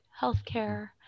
healthcare